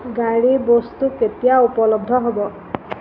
গাড়ীৰ বস্তু কেতিয়া উপলব্ধ হ'ব